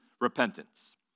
repentance